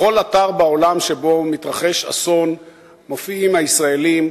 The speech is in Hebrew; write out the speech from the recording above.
בכל אתר בעולם שבו מתרחש אסון מופיעים הישראלים,